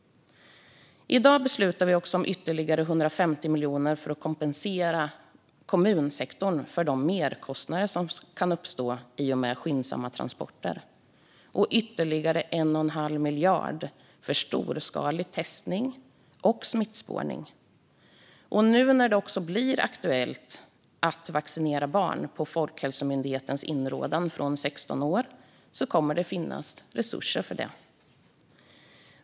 I dag beslutar vi också om ytterligare 150 miljoner för att kompensera kommunsektorn för de merkostnader som kan uppstå i och med skyndsamma transporter och om ytterligare 1 1⁄2 miljard för storskalig testning och smittspårning. Nu när det också, på Folkhälsomyndighetens inrådan, blir aktuellt att vaccinera barn från 16 år kommer det att finnas resurser också för det.